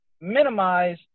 minimize